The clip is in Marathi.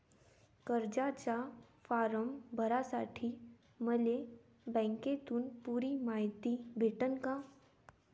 कर्जाचा फारम भरासाठी मले बँकेतून पुरी मायती भेटन का?